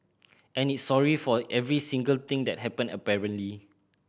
and it's sorry for every single thing that happened apparently